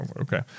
okay